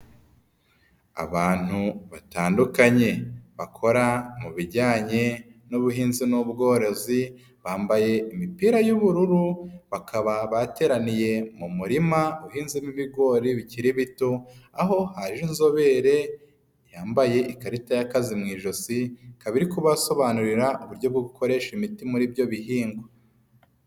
Abantu batandukanye, bakora mu bijyanye n'ubuhinzi n'ubworozi, bambaye imipira y'ubururu, bakaba bateraniye mu murima uhinze n'ibigori bikiri bito, aho haje inzobere yambaye ikarita y'akazi mu ijosi, ikaba iri kubasobanurira uburyo bwo gukoresha imiti muri ibyo bihingwa.